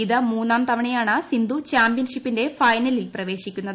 ഇത് മൂന്നാം തവണയാണ് സിന്ധു ചാമ്പ്യൻഷിപ്പിന്റെ ഫൈനലിൽ പ്രവേശി ക്കുന്നത്